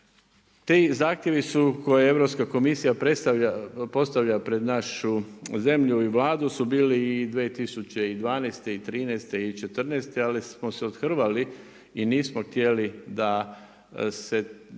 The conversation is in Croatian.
Ti zahtjevi su koje je Europska komisija postavlja pred našu zemlju i Vladu su bili i 2012. i '13. i '14. ali smo se othrvali i nismo htjeli da se